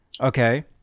Okay